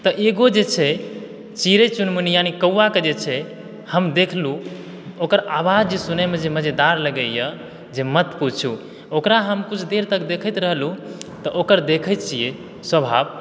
तऽ एगो जे छै चिड़ै चुनमुनी यानी कौआके जे छै हम देखलूँ ओकर आवाज जे सुनैमे जे मजेदार लगैए जे मत पूछू ओकरा हम कुछ देर तक देखैत रहलूँ तऽ ओकर देखै छियै स्वभाव